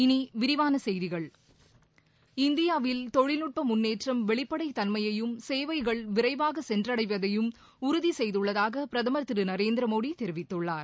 இனி விரிவான செய்திகள் இந்தியாவில் தொழில்நுட்ப முன்னேற்றம் வெளிப்படை தன்மையையும் சேவைகள் விரைவாக சென்றடைவதையும் உறுதி செய்துள்ளதாக பிரதமர் திரு நரேந்திரமோடி தெரிவித்துள்ளார்